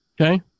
Okay